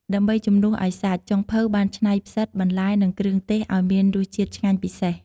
ដើម្បីជំនួសឱ្យសាច់ ចុងភៅបានច្នៃផ្សិត បន្លែ និងគ្រឿងទេសឱ្យមានរសជាតិឆ្ងាញ់ពិសេស។